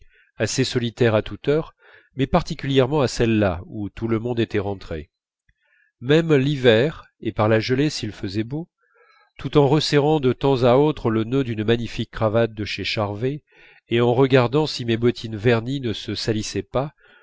assez solitaire à toute heure mais particulièrement à celle-là où tout le monde était rentré même l'hiver et par la gelée s'il faisait beau tout en resserrant de temps à autre le nœud d'une magnifique cravate de chez charvet et en regardant si mes bottines vernies ne se salissaient pas